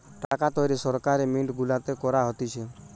টাকা তৈরী সরকারি মিন্ট গুলাতে করা হতিছে